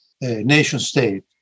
nation-state